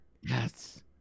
Yes